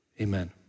Amen